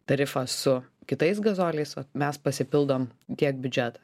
tarifą su kitais gazoliais vat mes pasipildom tiek biudžetą